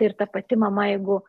ir ta pati mama jeigu